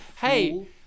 hey